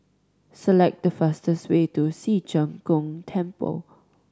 select the fastest way to Ci Zheng Gong Temple